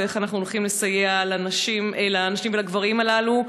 ואיך אנחנו הולכים לסייע לנשים ולגברים הללו?